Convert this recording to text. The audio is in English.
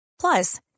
Plus